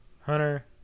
Hunter